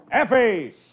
Effie